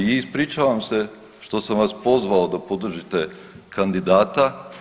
I ispričavam se što sam vas pozvao da podržite kandidata.